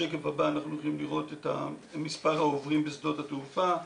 בשקף הבא אנחנו יכולים לראות את מספר העוברים בשדות התעופה.